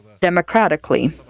democratically